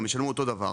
הם ישלמו אותו דבר,